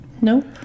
Nope